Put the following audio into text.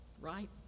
right